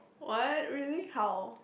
what really how